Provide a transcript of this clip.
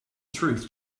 truth